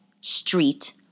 street